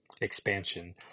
expansion